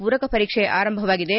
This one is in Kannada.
ಪೂರಕ ಪರೀಕ್ಷೆ ಆರಂಭವಾಗಿದೆ